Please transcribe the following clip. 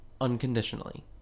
unconditionally